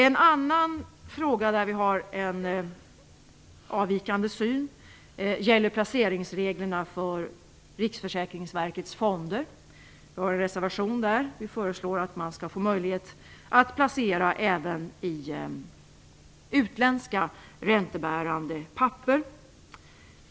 En annan fråga där vi har en avvikande syn gäller placeringsreglerna för Riksförsäkringsverkets fonder. Vi har en reservation där. Vi föreslår att man skall få möjlighet att placera även i utländska räntebärande papper.